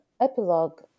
epilogue